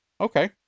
okay